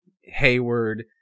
Hayward